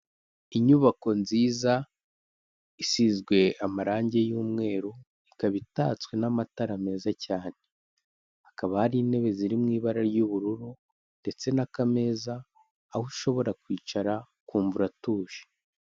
Inyubako nziza isizwe amarange y'umweru ikaba itatswe n'amatara meza cyane, hakaba hari intebe ziri mu ibara ry'ubururu ndetse n'akameza aho ushobora kwicara ukumvu uratuje.